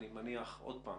אני מניח שוב,